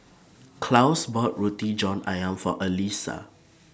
Claus bought Roti John Ayam For Allyssa